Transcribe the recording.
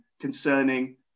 concerning